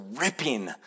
ripping